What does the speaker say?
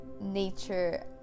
nature